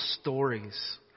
stories